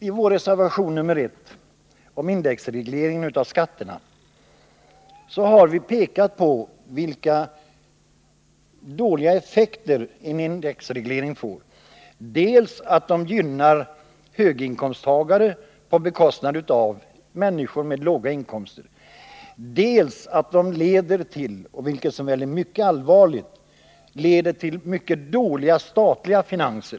I vår reservation nr 1 har vi pekat på vilka dåliga effekter en indexreglering av skatterna får. Dels gynnar den höginkomsttagare på bekostnad av 138 människor med låga inkomster, dels leder den till — vilket är mycket allvarligt —- dåliga statliga finanser.